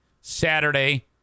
Saturday